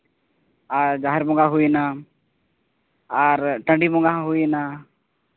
ᱟᱨ ᱡᱟᱦᱮᱨ ᱵᱚᱸᱜᱟ ᱦᱩᱭᱮᱱᱟ ᱟᱨ ᱴᱟᱺᱰᱤ ᱵᱚᱸᱜᱟ ᱦᱚᱸ ᱦᱩᱭᱮᱱᱟ